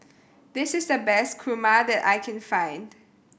this is the best kurma that I can find